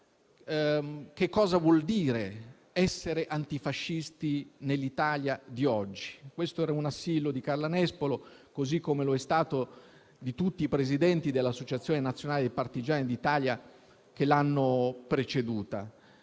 cosa vuol dire essere antifascisti nell'Italia di oggi? Questo era un assillo di Carla Nespolo, così come lo è stato di tutti i presidenti dell'Associazione nazionale partigiani d'Italia che l'hanno preceduta.